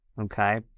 okay